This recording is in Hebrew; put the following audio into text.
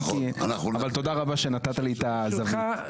תודה רבה שנתת לי את ההזדמנות.